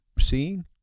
seeing